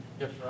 Yes